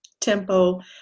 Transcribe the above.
tempo